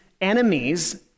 enemies